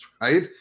right